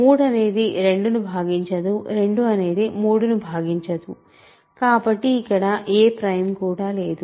3 అనేది 2 ను భాగించదు 2 అనేది 3 ను భాగించదు కాబట్టి ఇక్కడ ఏ ప్రైమ్ కూడా లేదు